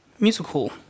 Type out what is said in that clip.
musical